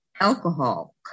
Alcohol